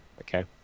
Okay